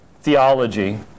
theology